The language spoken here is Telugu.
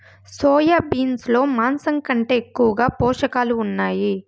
సోయా బీన్స్ లో మాంసం కంటే ఎక్కువగా పోషకాలు ఉన్నాయి